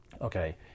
okay